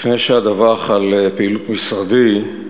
לפני שאדווח על פעילות משרדי,